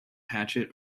hatchet